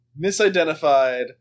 Misidentified